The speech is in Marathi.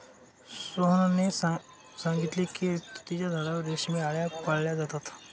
सोहनने सांगितले की तुतीच्या झाडावर रेशमी आळया पाळल्या जातात